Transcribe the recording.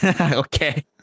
Okay